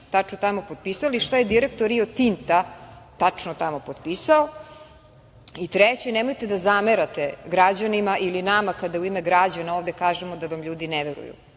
tačno tamo potpisali i šta je direktor "Rio Tinta" tačno tamo potpisao. Treće, nemojte da zamerate građanima ili nama kada u ime građana ovde kažemo da vam ljudi ne veruju.